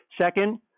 Second